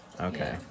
Okay